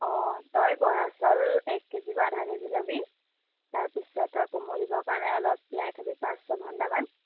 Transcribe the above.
অঁ তই বৰা চাউল এক কেজি বা আধা কেজি ল'বি তাৰপিছত তই কোমল সিজোৱা কাৰণে অলপ তিয়াই থাবি পাঁচ ছয় ঘণ্টামান